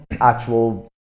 actual